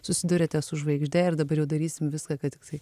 susiduriate su žvaigžde ir dabar jau darysim viską kad tiktai